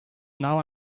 now